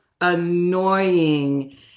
annoying